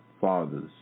Fathers